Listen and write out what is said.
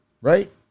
Right